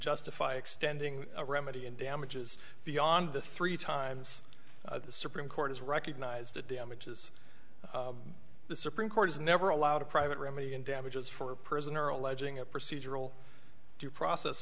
justify extending a remedy in damages beyond the three times the supreme court has recognized the damages the supreme court has never allowed a private remedy and damages for prisoner alleging a procedural due process